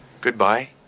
Goodbye